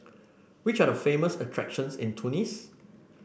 which are the famous attractions in Tunis